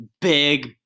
Big